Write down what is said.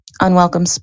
unwelcome